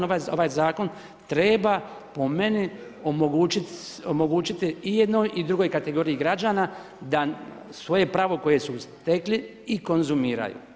Ovaj zakon treba po meni omogućiti i jednoj i drugoj kategoriji građana da svoje pravo koje su stekli i konzumiraju.